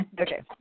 Okay